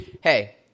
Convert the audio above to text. hey